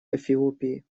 эфиопии